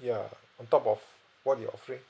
ya on top of what you're offering